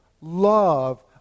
love